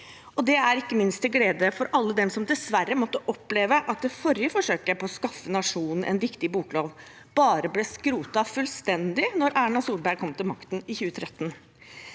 dag. Det er ikke minst til glede for alle dem som dessverre måtte oppleve at det forrige forsøket på å skaffe nasjonen en viktig boklov ble skrotet fullstendig da Erna Solberg kom til makten i 2013.